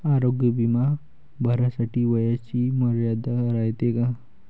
आरोग्य बिमा भरासाठी वयाची मर्यादा रायते काय?